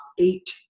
eight